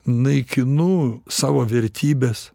naikinu savo vertybes